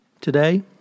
Today